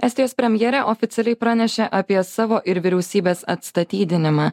estijos premjerė oficialiai pranešė apie savo ir vyriausybės atstatydinimą